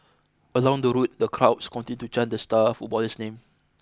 along the route the crowds to chant the star footballer's name